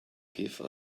give